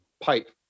pipe